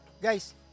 Guys